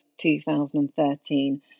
2013